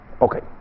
Okay